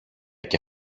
και